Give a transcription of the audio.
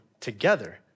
together